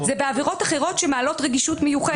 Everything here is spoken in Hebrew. -- זה בעבירות אחרות שמעלות רגישות מיוחדת.